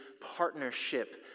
partnership